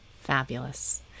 Fabulous